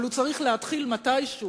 אבל הוא צריך להתחיל מתישהו.